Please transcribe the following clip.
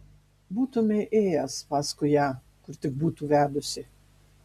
būtumei ėjęs paskui ją kur tik būtų vedusi